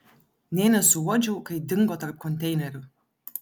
nė nesuuodžiau kai dingo tarp konteinerių